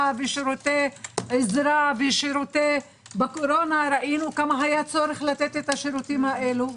ושירותי עזרה ובקורונה ראינו כמה היה צורך לתת את השירותים הללו,